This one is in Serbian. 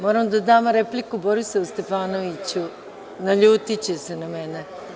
Moram da dam repliku Borislavu Stefanoviću, naljutiće se na mene.